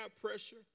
pressure